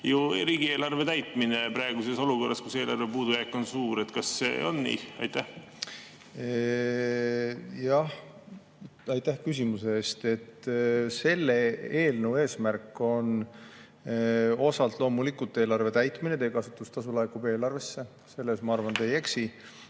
ju riigieelarve täitmine praeguses olukorras, kus eelarve puudujääk on suur. Kas see on nii? Aitäh küsimuse eest! Selle eelnõu eesmärk on osalt loomulikult eelarve täitmine. Teekasutustasu laekub eelarvesse. Selles, ma arvan, te ei eksi.